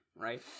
right